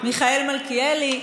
מיכאל מלכיאלי,